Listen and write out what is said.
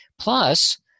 Plus